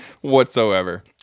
whatsoever